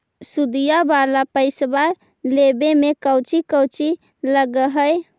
सुदिया वाला पैसबा लेबे में कोची कोची लगहय?